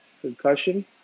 concussion